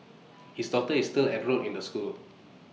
his daughter is still enrolled in the school